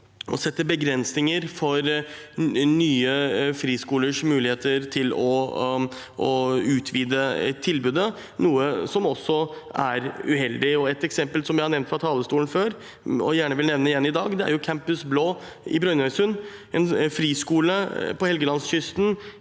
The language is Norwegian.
å sette begrensninger for nye friskolers muligheter til å utvide tilbudet, noe som også er uheldig. Et eksempel som jeg har nevnt fra talerstolen før, og gjerne vil nevne igjen i dag, er Campus BLÅ i Brønnøysund, en friskole på Helgelandskysten,